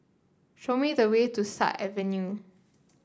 show me the way to Sut Avenue